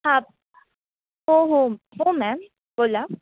हां हो हो हो मॅम बोला